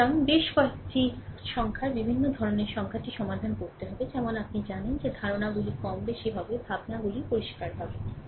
সুতরাং বেশ কয়েকটি সংখ্যার বিভিন্ন ধরণের সংখ্যাটি সমাধান করতে হবে যেমন আপনি জানেন যে ধারণাগুলি কম বেশি হবে ভাবনাগুলি পরিষ্কার হবে তাই না